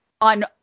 on